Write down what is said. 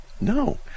No